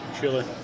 surely